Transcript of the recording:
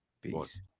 Peace